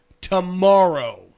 tomorrow